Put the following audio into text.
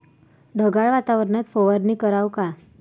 ढगाळ वातावरनात फवारनी कराव का?